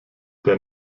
der